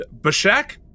Bashak